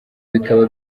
bikaba